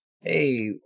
hey